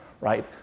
right